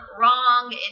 wrong